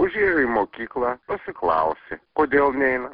užėjo į mokyklą pasiklausti kodėl neina